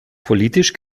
politisch